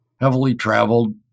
heavily-traveled